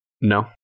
No